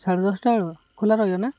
ସାଢ଼େ ଦଶଟା ବେଳକୁ ଖୋଲା ରହିବ ନା